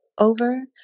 over